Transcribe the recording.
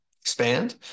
expand